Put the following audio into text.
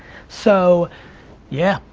so yeah,